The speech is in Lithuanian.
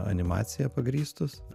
animacija pagrįstus